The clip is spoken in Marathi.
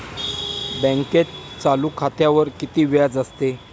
बँकेत चालू खात्यावर किती व्याज असते?